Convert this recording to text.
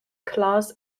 class